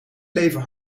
leven